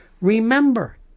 remember